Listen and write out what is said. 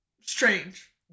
strange